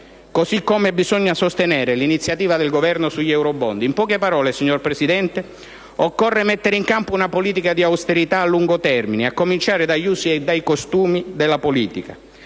modo bisogna sostenere l'iniziativa del Governo sugli eurobond. In poche parole, signor Presidente del Consiglio, occorre mettere in campo una politica di austerità a lungo termine, a cominciare dagli usi e dai costumi della politica,